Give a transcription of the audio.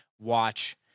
watch